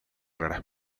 raras